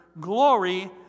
glory